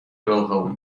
wilhelm